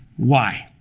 why?